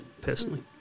personally